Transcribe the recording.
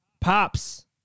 Pops